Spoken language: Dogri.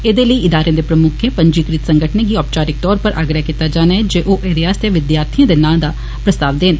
एदे लेई इदारे दे प्रमुकख पंजीकृत संगठनें गी औचारिकत तौर उप्पर आग्रह कीता जाना ऐ जे ओ एदे आस्तै विद्यार्थिए दे ना दा प्रस्ताव देन